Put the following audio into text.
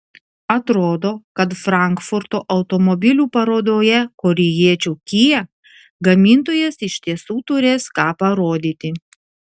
atrodo kad frankfurto automobilių parodoje korėjiečių kia gamintojas iš tiesų turės ką parodyti